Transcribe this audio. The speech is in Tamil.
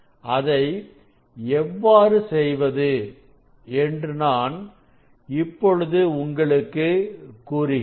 அதை எவ்வாறு செய்வது என்று நான் இப்பொழுது உங்களுக்கு கூறுகிறேன்